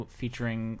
featuring